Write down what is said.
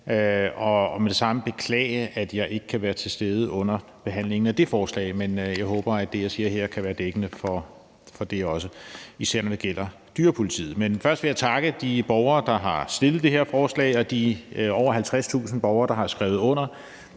vil med det samme beklage, at jeg ikke kan være til stede under behandlingen af det forslag. Men jeg håber, at det, jeg siger her, også kan være dækkende for det, især når det gælder dyrepolitiet. Først vil jeg takke de borgere, der har stillet det her borgerforslag, og de over 50.000 borgere, der har skrevet under